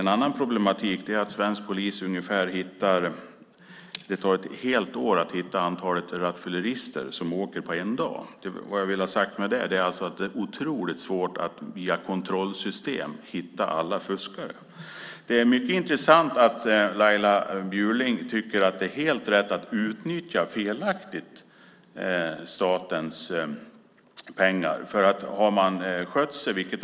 En annan problematik är att det för polisen tar ett helt år att hitta så många rattfyllerister som det åker på en dag. Vad jag vill ha sagt med det är alltså att det är otroligt svårt att via kontrollsystem hitta alla fuskare. Det är mycket intressant att Laila Bjurling tycker att det är helt rätt att felaktigt utnyttja statens pengar.